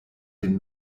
den